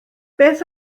beth